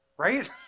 right